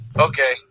okay